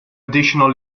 additional